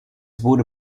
wurde